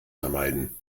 vermeiden